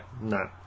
No